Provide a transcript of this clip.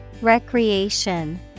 Recreation